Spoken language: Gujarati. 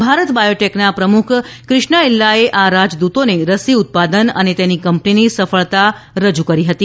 ભારત બાયોટેકના પ્રમુખ ક્રિશનર ઇલલાએ આ રાજદ્રતોને રસી ઉત્પાદન અને તેની કંપનીની સફળતા રજુ કરી હતી